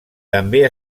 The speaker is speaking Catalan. també